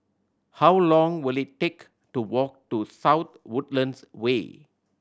how long will it take to walk to South Woodlands Way